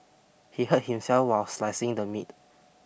he hurt himself while slicing the meat